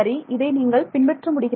இதை நீங்கள் பின்பற்ற முடிகிறதா